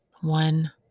one